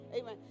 Amen